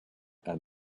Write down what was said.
and